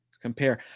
compare